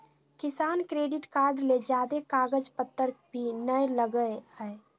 किसान credit card ले ज्यादे कागज पतर भी नय लगय हय